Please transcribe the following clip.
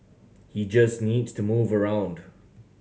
he just needs to move around